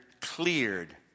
cleared